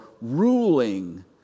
ruling